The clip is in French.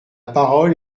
parole